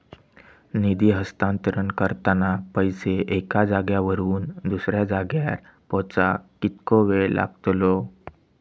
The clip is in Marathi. निधी हस्तांतरण करताना पैसे एक्या जाग्यावरून दुसऱ्या जाग्यार पोचाक कितको वेळ लागतलो?